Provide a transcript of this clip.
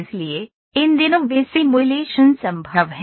इसलिए इन दिनों वे सिमुलेशन संभव हैं